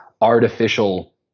artificial